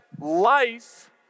life